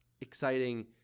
exciting